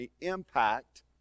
impact